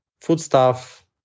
foodstuff